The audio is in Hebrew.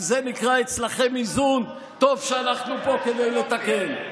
אם זה נקרא אצלכם איזון, טוב שאנחנו פה כדי לתקן.